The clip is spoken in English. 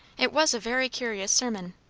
it was a very curious sermon.